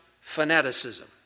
fanaticism